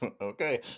Okay